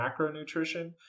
macronutrition